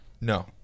No